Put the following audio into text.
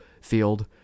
field